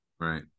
Right